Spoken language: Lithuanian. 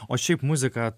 o šiaip muzika